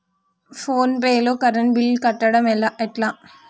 Phone pay లో current bill కట్టడం ఎట్లా?